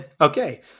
Okay